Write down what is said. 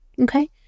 Okay